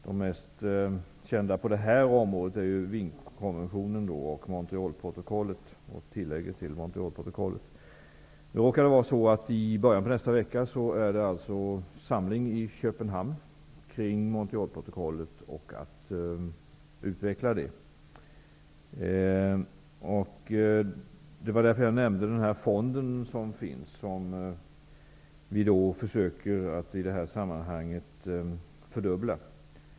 De mest kända på detta område är Wienkonventionen, I början på nästa vecka är det samling i Köpenhamn kring Montrealprotokollet för att utveckla det. Det var därför jag nämnde den fond som finns. Den skall vi i det här sammanhanget försöka att fördubbla.